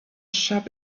shop